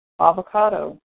avocado